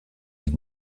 die